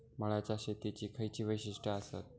मळ्याच्या शेतीची खयची वैशिष्ठ आसत?